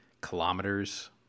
kilometers